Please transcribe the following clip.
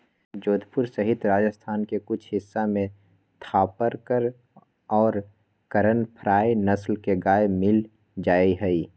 जोधपुर सहित राजस्थान के कुछ हिस्सा में थापरकर और करन फ्राइ नस्ल के गाय मील जाहई